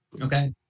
Okay